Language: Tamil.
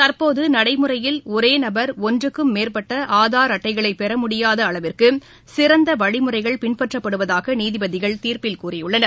தற்போது நடைமுறையில் ஒரே நபர் ஒன்றுக்கும் மேற்பட்ட ஆதார் அட்டைகளைப்பெற முடியாத அளவிற்கு சிறந்த வழிமுறைகள் பின்பற்றப்படுவதாக நீதிபதிகள் தீர்ப்பில் கூறியுள்ளனர்